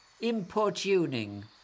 importuning